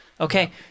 Okay